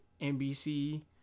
NBC